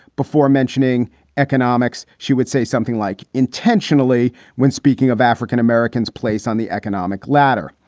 before mentioning economics, she would say something like intentionally. when speaking of african-americans place on the economic ladder,